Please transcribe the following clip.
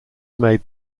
made